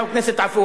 חבר הכנסת עפו,